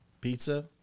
Pizza